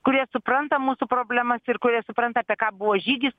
kurie supranta mūsų problemas ir kurie supranta apie ką buvo žygis